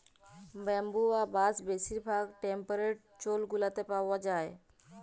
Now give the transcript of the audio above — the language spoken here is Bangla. ব্যাম্বু বা বাঁশ বেশির ভাগ টেম্পরেট জোল গুলাতে পাউয়া যায়